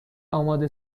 آماده